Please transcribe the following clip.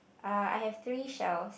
uh I have three shells